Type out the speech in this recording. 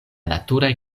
naturaj